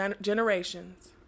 generations